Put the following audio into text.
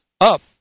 up